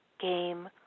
game